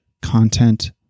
content